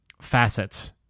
facets